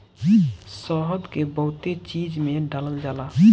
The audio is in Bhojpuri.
शहद के बहुते चीज में डालल जाला